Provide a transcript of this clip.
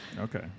Okay